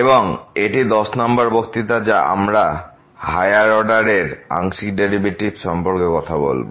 এবং এটি 10 নম্বর বক্তৃতা যা আমরা হাইয়ার অর্ডার এর আংশিক ডেরিভেটিভস সম্পর্কে কথা বলব